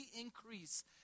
increase